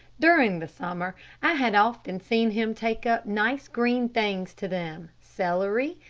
during the summer i had often seen him taking up nice green things to them celery,